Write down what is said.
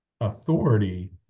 authority